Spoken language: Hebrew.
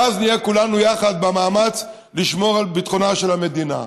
ואז נהיה כולנו יחד במאמץ לשמור על ביטחונה של המדינה.